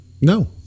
No